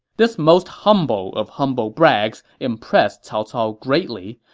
this most humble of humble brags impressed cao cao greatly,